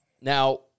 Now